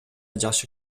жакшы